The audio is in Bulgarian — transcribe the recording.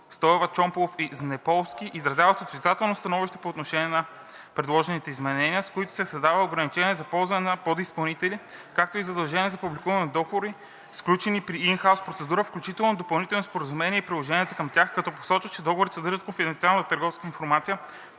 „Стоева, Чомпалов и Знеполски“ изразяват отрицателно становище по отношение на предложените изменения, с които се създават ограничения за ползването на подизпълнители, както и задължението за публикуване на договорите, сключени при ин хаус процедура, включително допълнителните споразумения и приложенията към тях, като посочват, че договорите съдържат конфиденциална търговска информация,